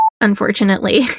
unfortunately